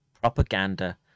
propaganda